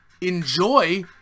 enjoy